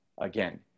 again